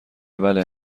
بله